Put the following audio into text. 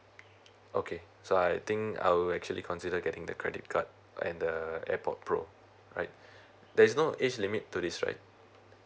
okay so I think I would actually consider getting the credit card and the AirPod pro right there's no age limit to this right